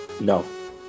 No